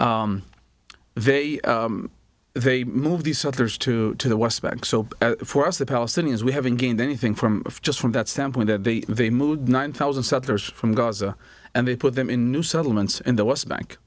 six they they moved these others to the west bank so for us the palestinians we haven't gained anything from just from that standpoint of the the mood nine thousand settlers from gaza and they put them in new settlements in the west bank